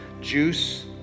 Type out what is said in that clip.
juice